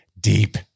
deep